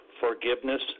forgiveness